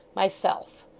myself.